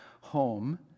home